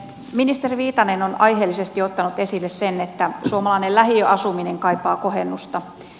ministeri viitanen on aiheellisesti ottanut esille sen että suomalainen lähiöasuminen kaipaa kohennusta